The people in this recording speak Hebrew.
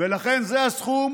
ולכן זה הסכום